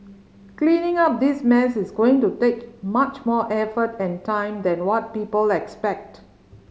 cleaning up this mess is going to take much more effort and time than what people expect